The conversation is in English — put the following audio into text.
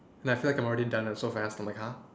like I feel like I'm already done so fast i'm like !huh!